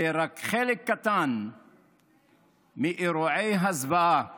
זה רק חלק קטן מאירועי הזוועה